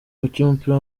w’umupira